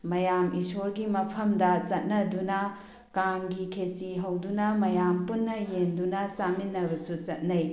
ꯃꯌꯥꯝ ꯏꯁꯣꯔꯒꯤ ꯃꯐꯝꯗ ꯆꯠꯅꯗꯨꯅ ꯀꯥꯡꯒꯤ ꯈꯦꯆꯤ ꯍꯧꯗꯨꯅ ꯃꯌꯥꯝ ꯄꯨꯟꯅ ꯌꯦꯟꯗꯨꯅ ꯆꯥꯃꯤꯟꯅꯕꯁꯨ ꯆꯠꯅꯩ